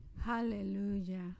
Hallelujah